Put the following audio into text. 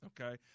okay